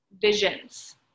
visions